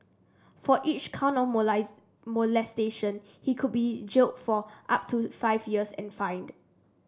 for each count of molestation he could be jailed for up to five years and fined